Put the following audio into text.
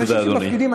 תודה, אדוני.